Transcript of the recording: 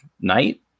night